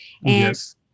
Yes